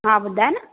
हा ॿुधाए न